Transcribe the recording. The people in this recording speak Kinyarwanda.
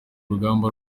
rugamba